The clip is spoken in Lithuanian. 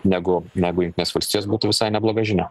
negu negu jungtinės valstijos būtų visai nebloga žinia